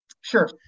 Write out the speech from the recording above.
Sure